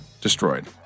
destroyed